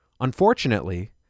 Unfortunately